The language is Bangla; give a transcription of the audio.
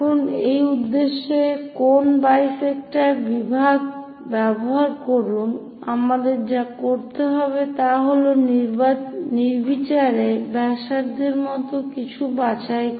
এখন সেই উদ্দেশ্যে কোণ বাইসেক্টর বিভাগ ব্যবহার করুন আমাদের যা করতে হবে তা হল নির্বিচারে ব্যাসার্ধের মতো কিছু বাছাই করা